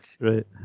Right